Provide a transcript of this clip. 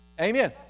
amen